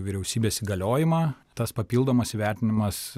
vyriausybės įgaliojimą tas papildomas įvertinimas